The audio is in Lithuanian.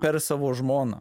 per savo žmoną